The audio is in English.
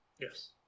yes